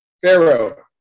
pharaoh